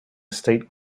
state